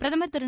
பிரதமர் திரு